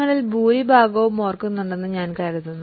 നിങ്ങളിൽ ഭൂരിഭാഗവും ഓർക്കുന്നുണ്ടെന്ന് ഞാൻ കരുതുന്നു